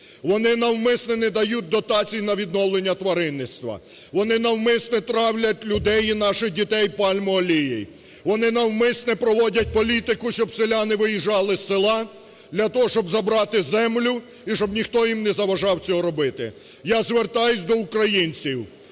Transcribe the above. Вони навмисне не дають дотацій на відновлення тваринництва, вони навмисне травлять людей і наших дітей пальмолією. Вони навмисне проводять політику, щоб селяни виїжджали з села для того, щоб забрати землю і щоб ніхто їм не заважав цього робити. Я звертаюся до українців.